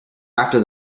after